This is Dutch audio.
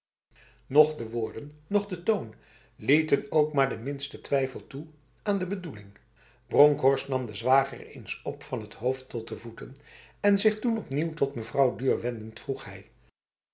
noch de woorden noch de toon lieten ook maar de minste twijfel toe aan de bedoeling bronkhorst nam de zwager eens op van t hoofd tot de voeten en zich toen opnieuw tot mevrouw duhr wendend vroeg hij